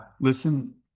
listen